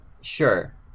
Sure